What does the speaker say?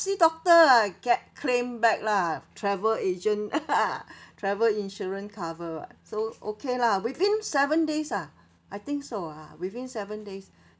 see doctor ah get claim back lah travel agent travel insurance cover [what] so okay lah within seven days ah I think so ah within seven days